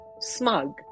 smug